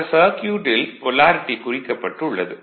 ஆக சர்க்யூட்டில் பொலாரிட்டி குறிக்கப்பட்டு உள்ளது